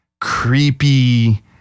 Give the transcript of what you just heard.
creepy